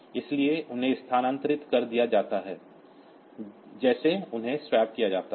इसलिए उन्हें स्थानांतरित कर दिया जाता है जैसे उन्हें स्वैप किया जाता है